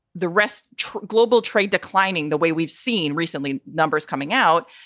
the rest. global trade declining the way we've seen recently, numbers coming out.